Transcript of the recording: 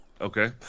Okay